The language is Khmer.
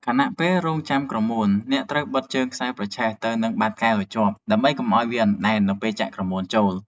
ខណៈពេលរង់ចាំក្រមួន អ្នកត្រូវបិទជើងខ្សែប្រឆេះទៅនឹងបាតកែវឱ្យជាប់ល្អ ដើម្បីកុំឱ្យវាអណ្ដែតនៅពេលចាក់ក្រមួនចូល។